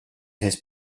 his